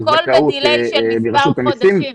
זאת אומרת, הכול ב-דיליי של מספר חודשים.